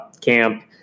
camp